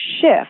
shift